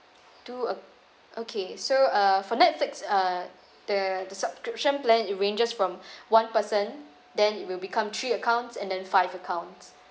two acc~ okay so uh for netflix uh the the subscription plan it ranges from one person then it will become three accounts and then five accounts